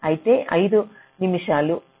ఉదాహరణకి ఐదు నిమిషాలు అని చెప్పారు అనుకుందాం